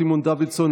סימון דוידסון,